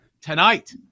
tonight